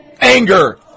Anger